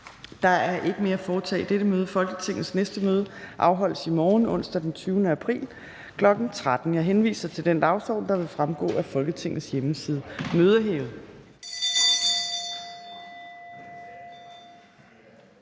Der er ikke mere at foretage i dette møde. Folketingets næste møde afholdes i morgen, onsdag den 20. april 2022, kl. 13.00. Jeg henviser til den dagsorden, der vil fremgå af Folketingets hjemmeside. Mødet